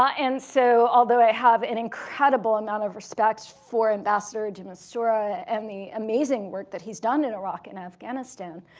ah and so, although i have an incredible amount of respect for ambassador de mistura and the amazing work that hes done in iraq and afghanistan,